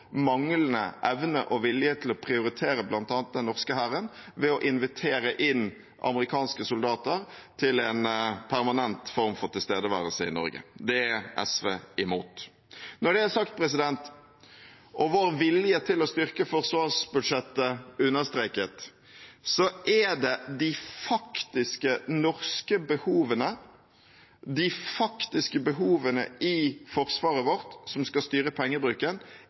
manglende evne og vilje til å prioritere bl.a. den norske hæren ved å invitere inn amerikanske soldater til en permanent form for tilstedeværelse i Norge. Det er SV mot. Når det er sagt og vår vilje til å styrke forsvarsbudsjettet understreket, er det de faktiske norske behovene, de faktiske behovene i forsvaret vårt, som skal styre pengebruken